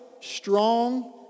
strong